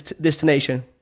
destination